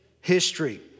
history